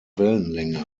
wellenlänge